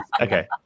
Okay